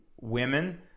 women